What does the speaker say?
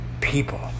people